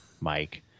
Mike